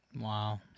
Wow